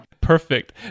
Perfect